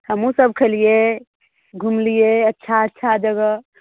हमहुँ सब खेलियै घुमलियै अच्छा अच्छा जगह